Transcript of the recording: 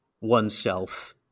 oneself